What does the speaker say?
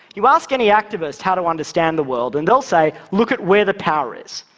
you ask any activist how to understand the world, and they'll say, look at where the power is,